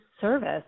service